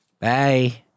Bye